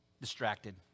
distracted